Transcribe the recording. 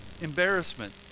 Embarrassment